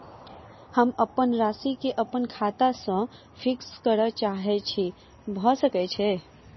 हम अप्पन राशि केँ अप्पन खाता सँ फिक्स करऽ चाहै छी भऽ सकै छै?